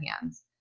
hands